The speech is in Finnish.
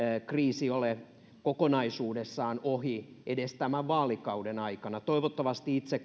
kriisi ole kokonaisuudessaan ohi edes tämän vaalikauden aikana toivottavasti itse